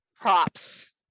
props